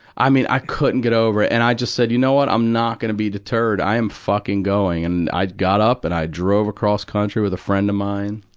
i mean, i couldn't get over it. and i just said, you know what? i'm not gonna be deterred. i am fucking going. and i got up, and i drove across country with a friend of mine.